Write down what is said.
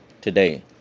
today